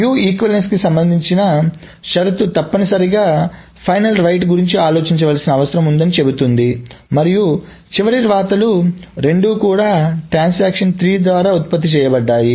వీక్షణ సమానత్వంకి సంబంధించిన షరతు తప్పనిసరిగా తుది వ్రాత గురించి ఆలోచించాల్సి ఉంటుందని చెబుతుంది మరియు చివరి వ్రాత లు రెండూ కూడా ట్రాన్సాక్షన్ 3 ద్వారా ఉత్పత్తి చేయబడ్డాయి